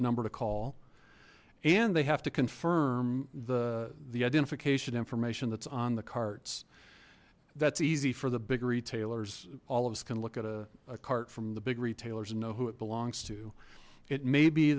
number to call and they have to confirm the the identification information that's on the carts that's easy for the big retailers all of us can look at a part from the big retailers and know who it belongs to it may be